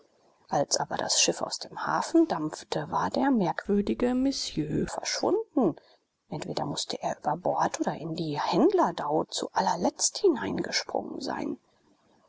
als aber das schiff aus dem hafen dampfte war der merkwürdige monsieur verschwunden entweder mußte er über bord oder in die händler dhau zuallerletzt hineingesprungen sein